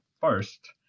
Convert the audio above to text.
first